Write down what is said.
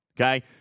okay